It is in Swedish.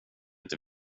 inte